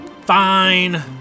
Fine